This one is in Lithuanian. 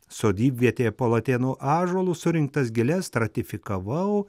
sodybvietėje po latėnų ąžuolu surinktas gėles stratifikavau